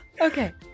Okay